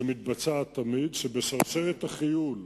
שמתבצעת תמיד, שבשרשרת החיול,